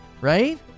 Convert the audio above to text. right